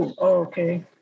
okay